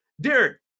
Derek